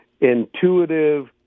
intuitive